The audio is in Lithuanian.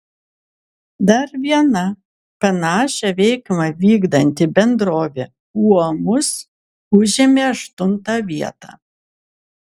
dar viena panašią veiklą vykdanti bendrovė uolus užėmė aštuntą vietą